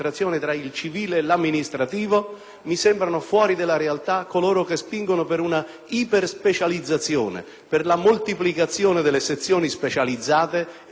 mi sembrano fuori della realtà coloro che spingono per una iperspecializzazione, per la moltiplicazione delle sezioni specializzate e dei tribunali più o meno specializzati.